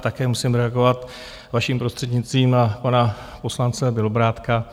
Také musím reagovat vaším prostřednictvím na pana poslance Bělobrádka.